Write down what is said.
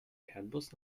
fernbus